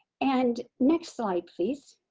and next slide please.